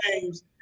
games